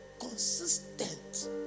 consistent